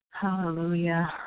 Hallelujah